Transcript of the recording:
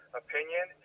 opinion